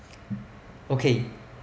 okay